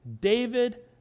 David